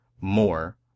more